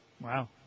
Wow